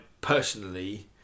personally